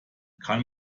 kann